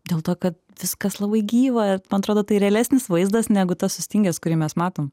dėl to kad viskas labai gyva ir man atrodo tai realesnis vaizdas negu tas sustingęs kurį mes matom